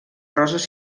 roses